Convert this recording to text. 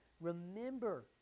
Remember